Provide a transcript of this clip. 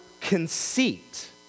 conceit